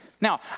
Now